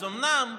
אז אומנם,